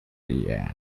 yet